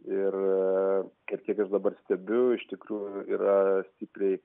ir ir kiek aš dabar stebiu iš tikrųjų yra stipriai